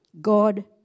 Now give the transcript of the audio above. God